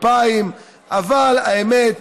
2000. האמת,